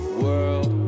world